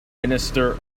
minister